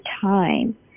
time